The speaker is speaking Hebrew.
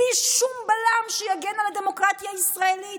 בלי שום בלם שיגן על הדמוקרטיה הישראלית?